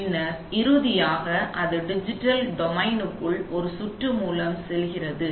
பின்னர் இறுதியாக அது டிஜிட்டல் டொமைனுக்குள் ஒரு சுற்று மூலம் செல்கிறது